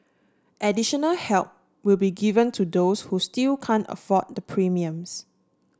additional help will be given to those who still can't afford the premiums